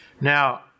Now